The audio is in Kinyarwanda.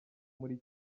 muri